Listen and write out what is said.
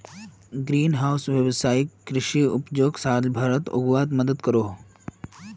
green house वैवसायिक कृषि उपजोक साल भर उग्वात मदद करोह